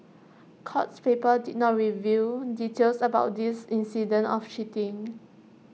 courts papers did not reveal details about these incidents of cheating